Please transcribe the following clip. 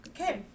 Okay